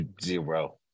zero